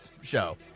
show